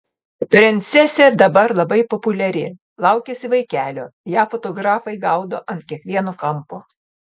princesė dabar labai populiari laukiasi vaikelio ją fotografai gaudo ant kiekvieno kampo